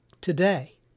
today